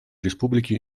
республики